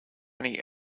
any